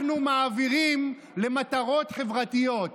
אנחנו מעבירים למטרות חברתיות.